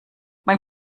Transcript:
man